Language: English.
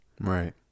right